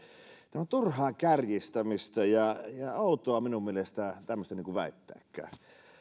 tämä on turhaa kärjistämistä ja outoa minun mielestäni tämmöistä väittääkään